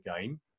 game